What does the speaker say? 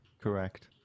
Correct